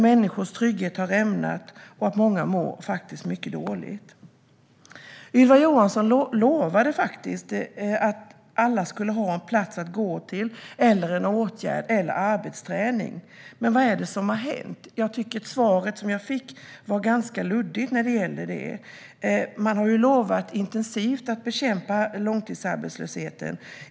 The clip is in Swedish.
Människors trygghet har rämnat, och de mår mycket dåligt. Ylva Johansson lovade faktiskt att alla skulle ha en plats att gå till, en åtgärd eller arbetsträning. Men vad är det som har hänt? Jag tycker att svaret som jag fått om detta är ganska luddigt. Man har ju lovat intensivt att bekämpa långtidsarbetslösheten.